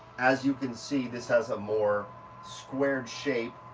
as you can see this has a more squared shape,